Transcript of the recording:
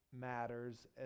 matters